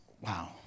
Wow